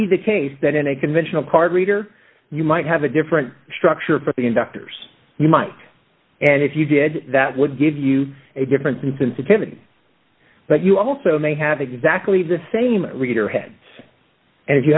be the case that in a conventional card reader you might have a different structure for the conductors you might and if you did that would give you a difference in sensitivity but you also may have exactly the same reader heads and if you